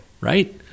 right